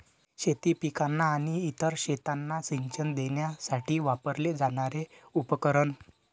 शेती पिकांना आणि इतर शेतांना सिंचन देण्यासाठी वापरले जाणारे उपकरण